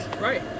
Right